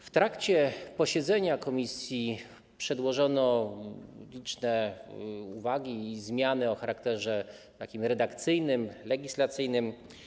W trakcie posiedzenia komisji przedłożono liczne uwagi i zmiany o charakterze redakcyjnym, legislacyjnym.